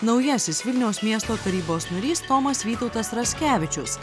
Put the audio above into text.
naujasis vilniaus miesto tarybos narys tomas vytautas raskevičius